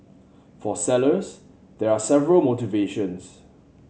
for sellers there are several motivations